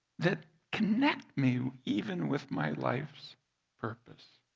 that connect me even with my life' s purpose.